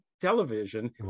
television